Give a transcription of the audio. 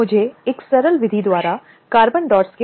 हालांकि संख्या काफी कम है